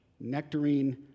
nectarine